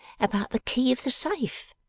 about the key of the safe